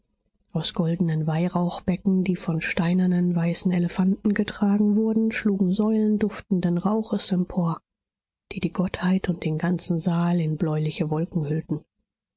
aus goldenen weihrauchbecken die von steinernen weißen elefanten getragen wurden schlugen säulen duftenden rauches empor die die gottheit und den ganzen saal in bläuliche wolken hüllten